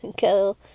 go